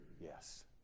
yes